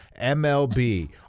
MLB